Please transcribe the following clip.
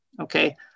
okay